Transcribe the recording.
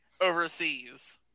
overseas